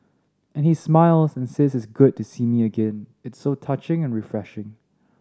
and he smiles and says it's good to see me again it's so touching and refreshing